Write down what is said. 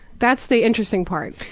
that's the interesting part.